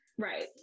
Right